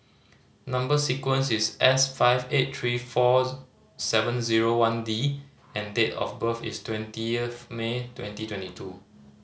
number sequence is S five eight three four seven zero one D and date of birth is twenty of May twenty twenty two